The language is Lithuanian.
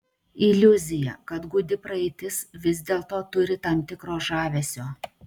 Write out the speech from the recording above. iliuzija kad gūdi praeitis vis dėlto turi tam tikro žavesio